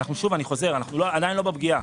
אנחנו עדיין לא בפגיעה.